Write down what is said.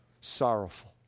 sorrowful